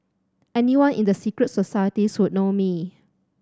anyone in the secret societies would know me